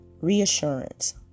reassurance